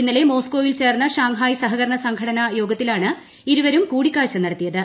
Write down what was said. ഇന്നലെ മോസ്കോയിൽ ചേർന്ന ഷാങ്ഹായ് സഹകരണ സംഘടന യോഗത്തിലാണ് ഇരുവരും കൂടിക്കാഴ്ച നടത്തിയത്